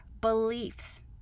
beliefs